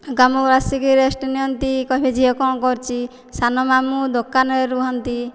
କାମରୁ ଆସିକି ରେଷ୍ଟ୍ ନିଅନ୍ତି କହିବେ ଝିଅ କ'ଣ କରୁଛି ସାନ ମାମୁଁ ଦୋକାନରେ ରୁହନ୍ତି